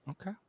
Okay